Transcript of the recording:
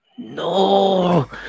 no